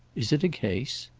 is it a case?